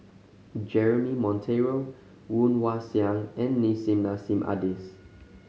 Jeremy Monteiro Woon Wah Siang and Nissim Nassim Adis